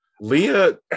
leah